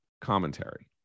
commentary